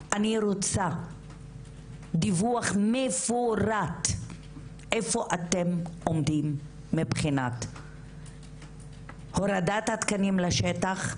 אני רוצה דיווח מפורט איפה אתם עומדים מבחינת הורדת התקנים לשטח,